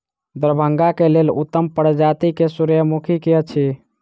दरभंगा केँ लेल उत्तम प्रजाति केँ सूर्यमुखी केँ अछि?